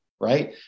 right